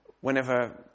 whenever